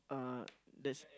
uh that's